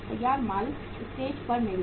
तैयार माल स्टेज पर निवेश